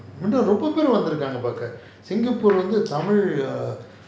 ரொம்ப பேரு வந்து இருகாங்க:romba peru vanthu irukaanga singapore வந்து:vanthu tamil